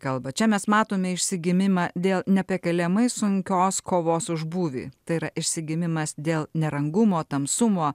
kalba čia mes matome išsigimimą dėl nepakeliamai sunkios kovos už būvį tai yra išsigimimas dėl nerangumo tamsumo